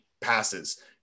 passes